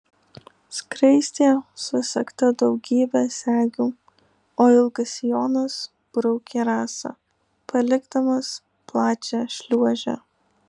skraistė susegta daugybe segių o ilgas sijonas braukė rasą palikdamas plačią šliuožę